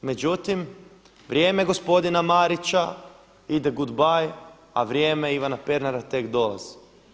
Međutim, vrijeme gospodina Marića ide goodbye a vrijeme Ivana Pernara tek dolazi.